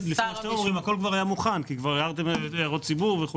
הכול היה מוכן כי כבר הערתם הערות ציבור.